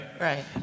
Right